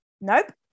nope